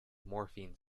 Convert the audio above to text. morphine